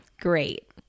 great